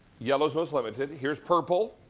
yellow is most limited. here is purple.